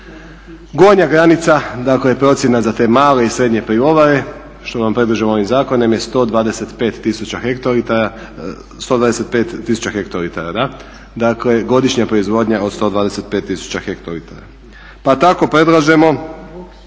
Gornja granica, dakle procjena za te male i srednje pivovare što vam predlažemo ovim zakonom je 125 tisuća hektolitara, dakle godišnja proizvodnja od 125 tisuća hektolitara. Pa tako predlažemo